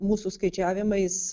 mūsų skaičiavimais